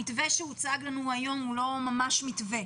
המתווה שהוצג לנו היום הוא לא ממש מתווה,